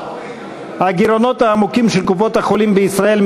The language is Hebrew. הגירעונות העמוקים של קופות-החולים בישראל,